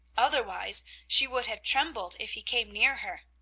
otherwise she would have trembled if he came near her.